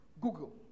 Google